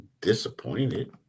disappointed